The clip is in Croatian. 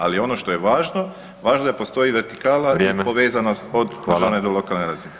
Ali ono što je važno, važno je da postoji vertikala [[Upadica: Vrijeme.]] i povezanost od državne do lokalne razine.